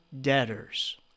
debtors